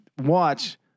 Watch